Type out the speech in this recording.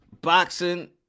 Boxing